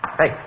Hey